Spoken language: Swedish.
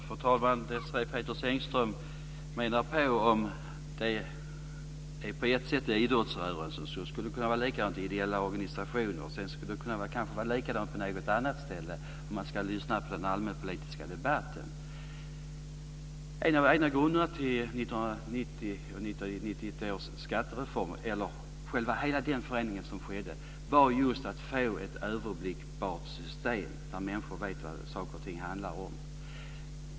Fru talman! Desirée Pethrus Engström menar att om det är på ett sätt i idrottsrörelsen ska det vara likadant med ideella organisationer, och ska man lyssna på den allmänpolitiska debatten ska det vara likadant på något annat ställe. En av grunderna i 1990-1991 års skattereform var att få ett överblickbart system där människor vet vad saker och ting handlar om.